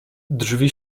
drzwi